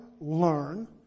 learn